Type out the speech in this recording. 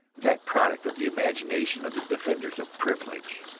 that product of the imagination of the defenders of privilege.